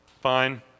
Fine